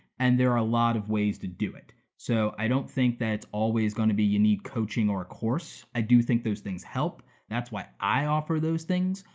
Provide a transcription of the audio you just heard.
and there are a lot of ways to do it. so i don't think that it's always gonna be you need coaching or a course, i do think those things help, that's why i offer those things.